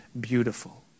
beautiful